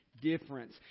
difference